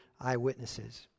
eyewitnesses